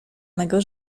mego